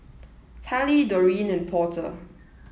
Tallie Doreen and Porter